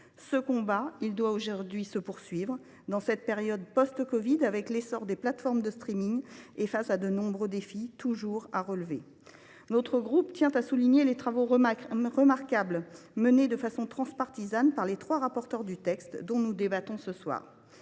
Ce combat doit aujourd’hui se poursuivre, dans cette période post covid, avec l’essor des plateformes de et face aux toujours nombreux défis à relever. Le groupe RDPI tient à souligner les travaux remarquables menés de façon transpartisane par les trois rapporteurs du texte dont nous débattons ce soir.